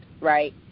right